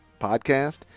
podcast